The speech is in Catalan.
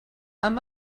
amb